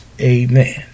amen